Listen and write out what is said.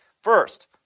first